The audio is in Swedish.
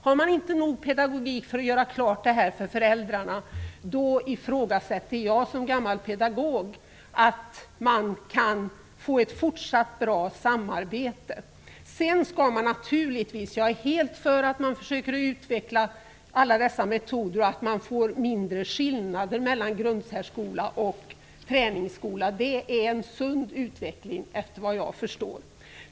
Har man inte nog pedagogik för att göra detta klart för föräldrarna, då ifrågasätter jag som gammal pedagog att man kan få ett fortsatt bra samarbete. Jag är helt för att man försöker utveckla alla dessa metoder och att man får mindre skillnader mellan grundsärskola och träningsskola. Det är en sund utveckling såvitt jag kan förstå.